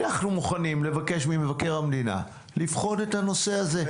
אנחנו יכולים לבקש ממבקר המדינה לבחון את הנושא הזה.